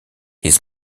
his